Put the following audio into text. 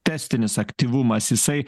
tęstinis aktyvumas jisai